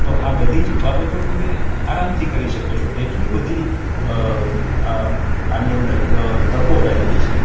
તો આ બધી જ બાબતો તમે આરામથી કરી શકો છો એટલી બધી આની અંદર તકો રહેલી છે